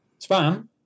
Spam